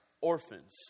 orphans